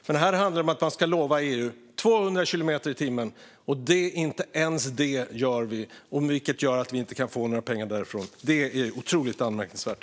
Det handlar om att lova EU 200 kilometer i timmen, och inte ens det gör vi - vilket gör att vi inte kan få några pengar därifrån. Det är otroligt anmärkningsvärt.